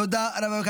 תודה רבה.